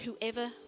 whoever